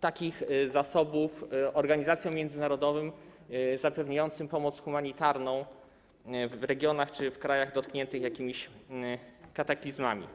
takich zasobów organizacjom międzynarodowym zapewniającym pomoc humanitarną w regionach czy w krajach dotkniętych jakimiś kataklizmami.